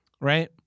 right